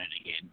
again